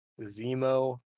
zemo